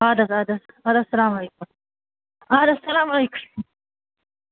اَدٕ حظ اَدٕ حظ اَدٕ حظ سلام علیکُم اَدٕ حظ سلام علیکُم